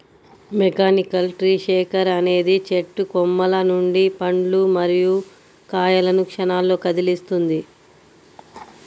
mechanical tree shaker అనేది చెట్టు కొమ్మల నుండి పండ్లు మరియు కాయలను క్షణాల్లో కదిలిస్తుంది